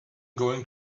going